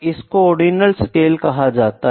इसको ordinal scale कह सकते हैं